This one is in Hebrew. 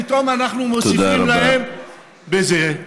ופתאום אנחנו מוסיפים להם את זה,